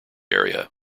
area